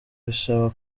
bisaba